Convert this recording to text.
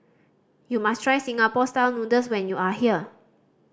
you must try Singapore Style Noodles when you are here